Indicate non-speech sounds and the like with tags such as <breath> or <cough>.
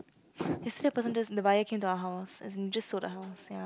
<breath> yesterday the person just the buyer came to our house as in just sold the house